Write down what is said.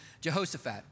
Jehoshaphat